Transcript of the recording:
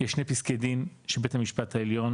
יש שני פסקי דין של בית המשפט העליון,